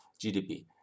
GDP